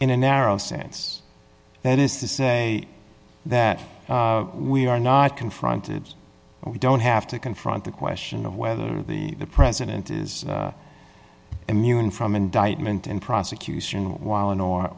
in a narrow sense that is to say that we are not confronted we don't have to confront the question of whether the president is immune from indictment and prosecution while in or